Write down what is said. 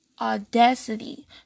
audacity